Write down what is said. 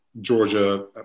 Georgia